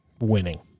winning